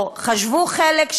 או חשבו חלק,